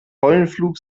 pollenflug